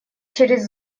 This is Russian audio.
через